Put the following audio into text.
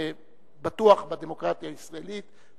בטוח בדמוקרטיה הישראלית,